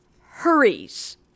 hurries